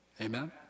Amen